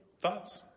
thoughts